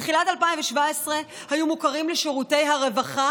בתחילת 2017 היו מוכרים לשירותי הרווחה